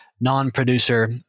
non-producer